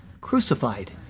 crucified